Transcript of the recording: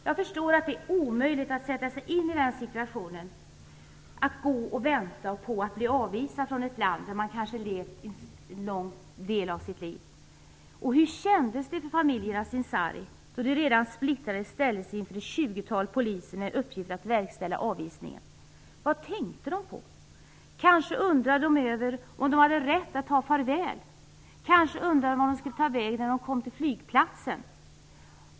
Jag förstår att det är omöjligt att sätta sig in i situationen att gå och vänta på att bli avvisad från ett land där man kanske levt en stor del av sitt liv. Hur kändes det för familjerna Sincari, som redan var splittrade, då de ställdes inför ett tjugotal poliser med uppgift att verkställa avvisningen? Vad tänkte de på? Kanske undrade de över om de hade rätt att ta farväl. Kanske undrade de vart de skulle ta vägen när de kom till flygplatsen.